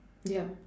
yup